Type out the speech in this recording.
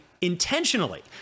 intentionally